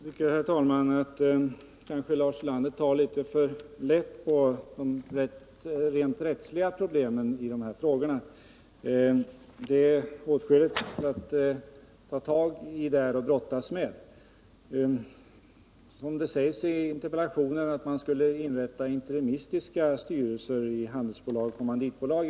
Herr talman! Jag tycker att Lars Ulander tar litet för lätt på de rent rättsliga problemen i de här frågorna — det finns åtskilligt att brottas med där. Det förutsätts i interpellationen att man skulle kunna inrätta interimistiska styrelser i handelsbolag och kommanditbolag.